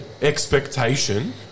expectation